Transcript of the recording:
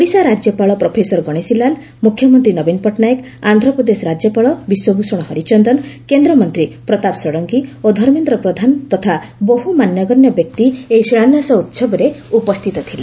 ଓଡ଼ିଶା ରାଜ୍ୟପାଳ ପ୍ରଫେସର ଗଣେଶୀଲାଲ ମୁଖ୍ୟମନ୍ତ୍ରୀ ନବୀନ ପଟ୍ଟନାୟକ ଆନ୍ଧ୍ରପ୍ରଦେଶ ରାଜ୍ୟପାଳ ବିଶ୍ୱଭୂଷଣ ହରିଚନ୍ଦନ କେନ୍ଦ୍ରମନ୍ତ୍ରୀ ପ୍ରତାପ ଷଡ଼ଙ୍ଗୀ ଓ ଧର୍ମେନ୍ଦ୍ର ପ୍ରଧାନ ତଥା ବହୁ ମାନ୍ୟଗଣ୍ୟ ବ୍ୟକ୍ତି ଏହି ଶିଳାନ୍ୟାସ ଉସବରେ ଉପସ୍ଥିତ ଥିଲେ